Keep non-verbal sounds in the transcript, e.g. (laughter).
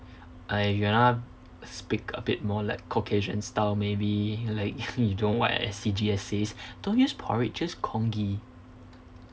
I gonna speak a bit more like caucasian style maybe like (laughs) you know what S_C_G_S says don't use porridge just congee